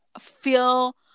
feel